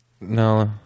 No